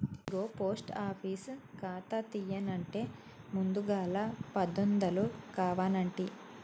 ఇగో post office ఖాతా తీయన్నంటే ముందుగల పదొందలు కావనంటి